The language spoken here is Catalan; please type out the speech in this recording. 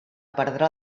perdrà